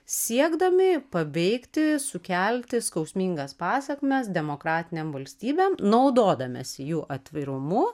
siekdami paveikti sukelti skausmingas pasekmes demokratinėm valstybėm naudodamiesi jų atvirumu